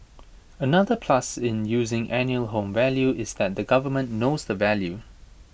another plus in using annual home value is that the government knows the value